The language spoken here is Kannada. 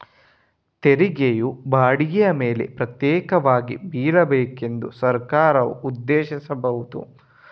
ತೆರಿಗೆಯು ಬಾಡಿಗೆಯ ಮೇಲೆ ಪ್ರತ್ಯೇಕವಾಗಿ ಬೀಳಬೇಕು ಎಂದು ಸರ್ಕಾರವು ಉದ್ದೇಶಿಸಬಹುದು